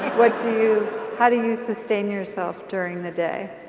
what do you how do you sustain yourself during the day?